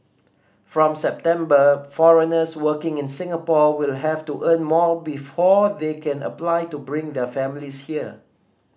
from September foreigners working in Singapore will have to earn more before they can apply to bring their families here